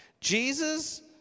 Jesus